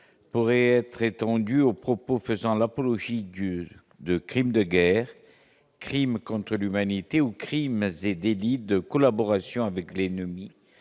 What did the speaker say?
pourrait être étendue aux propos faisant l'apologie du de crimes de guerre, crimes contre l'humanité aux crimes et délits de collaboration avec les